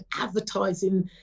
advertising